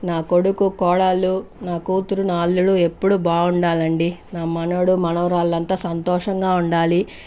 నా కొడుకు కోడలు నా కుతూరు నా అల్లుడు ఎప్పుడూ బాగుండాలండి నా మనవడు మనవరాళ్ళు అంతా సంతోషంగా ఉండాలి